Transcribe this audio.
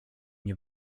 nie